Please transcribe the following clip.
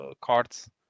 cards